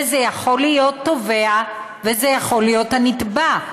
וזה יכול להיות תובע וזה יכול להיות הנתבע,